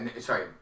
sorry